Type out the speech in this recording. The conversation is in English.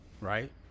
Right